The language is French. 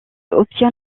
obtient